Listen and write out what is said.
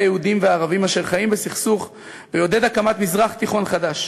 היהודים והערבים אשר חיים בסכסוך ויעודד הקמת מזרח תיכון חדש.